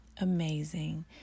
amazing